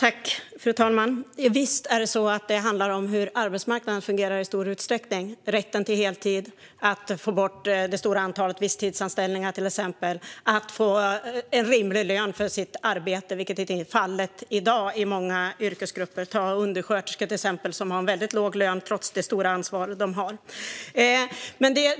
Fru talman! Visst handlar det i stor utsträckning om hur arbetsmarknaden fungerar, om rätten till heltid, om att få bort det stora antalet visstidsanställningar och om att få en rimlig lön för sitt arbete, vilket inte är fallet i dag inom många yrkesgrupper. Undersköterskor, till exempel, har en väldigt låg lön trots det stora ansvaret som de har.